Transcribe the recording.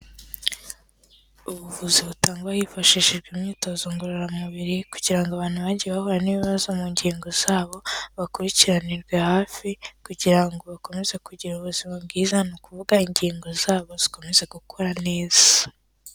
Ubuvuzi butangwa hifashishijwe imyitozo ngororamubiri, kugira ngo abantu bagiye bahura n'ibibazo mu ngingo zabo bakurikiranirwe hafi kugira ngo bakomeze kugira ubuzima bwiza, n'ukuvuga ingingo zabo zikomeze gukura neza.